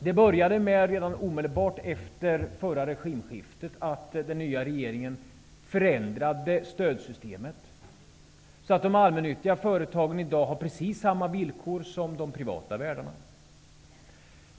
Det började redan omedelbart efter regimskiftet med att den nya regeringen förändrade stödsystemet så att de allmännyttiga företagen i dag har precis samma villkor som de privata värdarna.